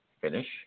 finish